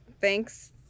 thanks